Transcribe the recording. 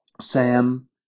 Sam